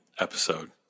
episode